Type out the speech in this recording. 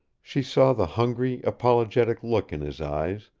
she saw the hungry, apologetic look in his eyes,